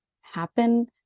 happen